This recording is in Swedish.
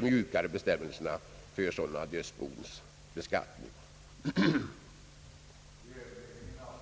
mjukare bestämmelserna för sådana dödsbons beskattning. B) i skrivelse till Kungl. Maj:t hemställa om förslag till 1967 års riksdag till åtgärder i syfte att genom undanröjande av brister i vår skattelagstiftning stimulera investeringar i utvecklingsländerna.